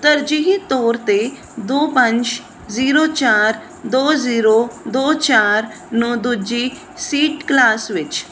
ਤਰਜੀਹੀ ਤੌਰ 'ਤੇ ਦੋ ਪੰਜ ਜ਼ੀਰੋ ਚਾਰ ਦੋ ਜ਼ੀਰੋ ਦੋ ਚਾਰ ਨੂੰ ਦੂਜੀ ਸੀਟ ਕਲਾਸ ਵਿੱਚ